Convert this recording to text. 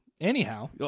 Anyhow